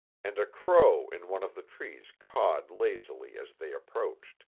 and a crow in one of the trees cawed lazily as they approached.